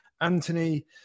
Anthony